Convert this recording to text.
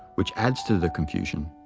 which adds to the confusion.